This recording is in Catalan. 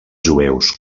jueus